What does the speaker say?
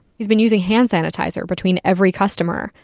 he's been using hand sanitizer between every customer.